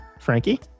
Frankie